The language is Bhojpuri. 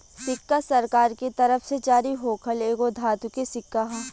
सिक्का सरकार के तरफ से जारी होखल एगो धातु के सिक्का ह